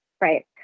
Right